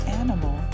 animal